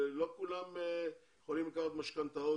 לא כולם יכולים לקחת משכנתה.